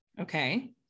Okay